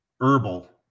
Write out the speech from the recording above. herbal